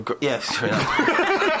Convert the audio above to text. Yes